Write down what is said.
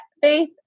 faith